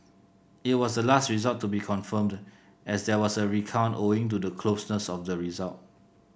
it was the last result to be confirmed as there was a recount owing to the closeness of the result